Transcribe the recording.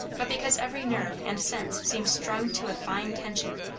but because every nerve and sense seemed strung to a fine tension,